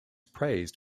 praised